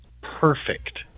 perfect